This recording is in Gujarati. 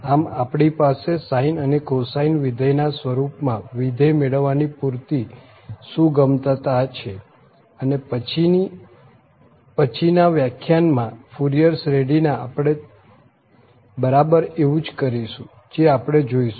આમ આપણી પાસે sine અને cosine વિધેય ના સ્વરૂપ માં વિધેય મેળવવાની પુરતી સુગમતતા છે અને પછી ના વ્યાખ્યાનમાં ફુરિયર શ્રેઢીમાં આપણે બરાબર એવું જ કરીશું જે આપણે જોઈશું